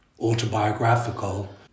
autobiographical